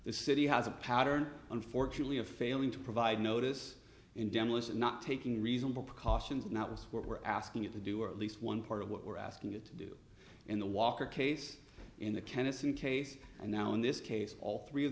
the city has a pattern unfortunately of failing to provide notice and demolition not taking reasonable precautions and that was what we're asking it to do or at least one part of what we're asking it to do in the walker case in the kennison case and now in this case all three of